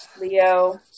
Leo